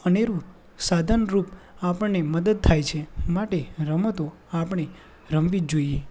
અનેરું સાધનરૂપ આપણને મદદ થાય છે માટે રમતો આપણે રમવી જ જોઈએ